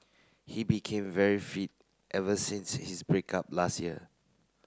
he became very fit ever since his break up last year